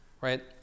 right